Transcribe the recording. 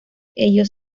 ello